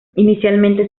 inicialmente